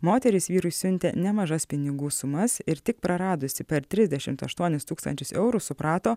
moteris vyrui siuntė nemažas pinigų sumas ir tik praradusi per trisdešimt aštuonis tūkstančius eurų suprato